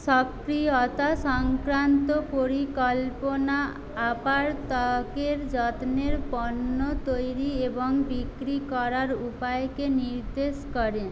সক্রিয়তা সংক্রান্ত পরিকল্পনা আপার ত্বকের যত্নের পণ্য তৈরি এবং বিক্রি করার উপায়কে নির্দেশ করে